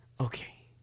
Okay